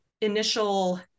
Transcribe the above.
initial